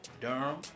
Durham